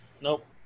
Nope